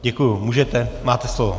Děkuji, můžete, máte slovo.